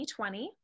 2020